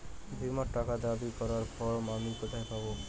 বীমার টাকা দাবি করার ফর্ম আমি কোথায় পাব?